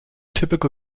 typical